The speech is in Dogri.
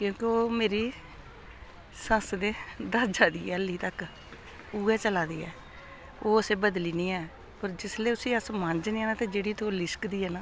क्योंकि ओह् मेरी सस्स दे दाजा दी ऐ हल्ली तक उ'ऐ चला दी ऐ ओह् असें बदली निं ऐ पर जिसलै उसी अस मांजने आं ते जेह्ड़ी ते ओह् लिश्कदी ऐ ना